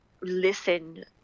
listen